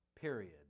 period